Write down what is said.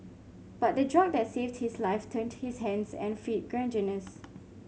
but the drug that saved his life turned his hands and feet gangrenous